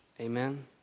Amen